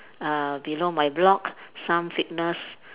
err below my block some fitness